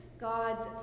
God's